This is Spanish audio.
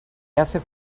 hace